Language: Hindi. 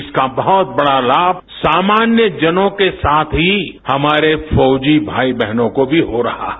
इसका बहुत बड़ा लाभ सामान्यजनों के साथ ही हमारे फौजी भाई बहनों को भी हो रहा है